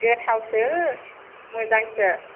गोथावसो मोजांसो